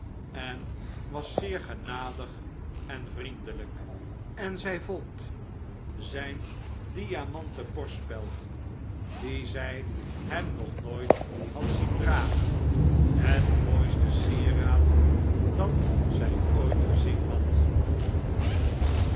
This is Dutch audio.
en was zeer genadig en vriendelijk en zij vond zijn diamanten borstspeld die zij hem nog nooit had zien dragen het mooiste sieraad dat zij ooit gezien had